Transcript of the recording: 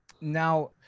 now